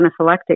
anaphylactic